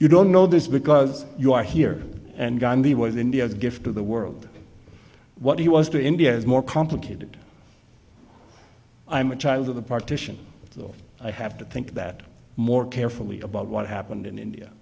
you don't know this because you are here and gandhi was india's gift to the world what he was to india is more complicated i am a child of the partition so i have to think that more carefully about what happened in india